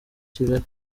kigali